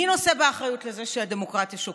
מי נושא באחריות לזה שהדמוקרטיה שוקעת?